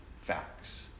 facts